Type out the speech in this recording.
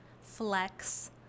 flex